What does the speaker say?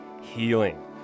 healing